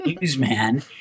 newsman